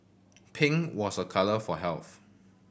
pink was a colour for health